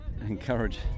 encourage